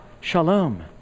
shalom